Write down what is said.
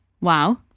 Wow